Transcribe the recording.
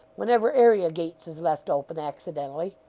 whenever area-gates is left open accidentally.